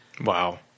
Wow